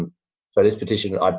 but this petition,